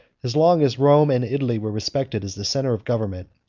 as long as rome and italy were respected as the centre of government,